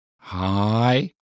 Hi